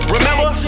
Remember